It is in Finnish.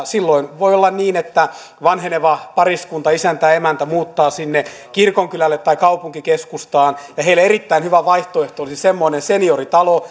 silloin voi olla niin että vanheneva pariskunta isäntä ja emäntä muuttaa sinne kirkonkylälle tai kaupunkikeskustaan ja heille erittäin hyvä vaihtoehto olisi semmoinen senioritalo